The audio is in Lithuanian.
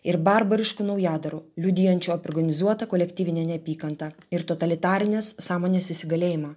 ir barbariškų naujadarų liudijančių apie organizuotą kolektyvinę neapykantą ir totalitarinės sąmonės įsigalėjimą